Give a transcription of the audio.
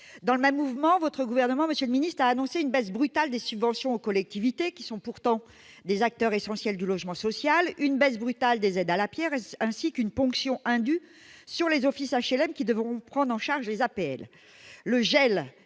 dans le même mouvement, votre gouvernement, monsieur le ministre a annoncé une baisse brutale des subventions aux collectivités qui sont pourtant des acteurs essentiels du logement social, une baisse brutale des aides à la Pierre, ainsi qu'une ponction indue sur les offices HLM qui devront prendre en charge les appels, le gel